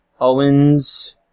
Owens